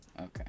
Okay